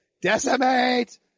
decimate